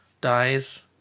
dies